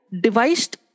devised